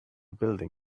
building